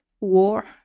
war